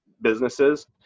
businesses